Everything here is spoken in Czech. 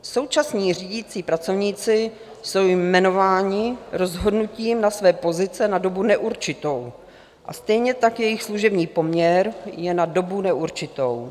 Současní řídící pracovníci jsou jmenováni rozhodnutím na své pozice na dobu neurčitou, a stejně tak jejich služební poměr je na dobu neurčitou.